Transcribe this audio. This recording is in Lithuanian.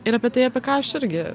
ir apie tai apie ką aš irgi